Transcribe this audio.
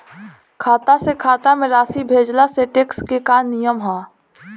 खाता से खाता में राशि भेजला से टेक्स के का नियम ह?